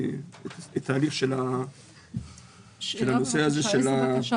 איזו בקשה?